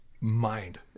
mind